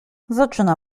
zaczyna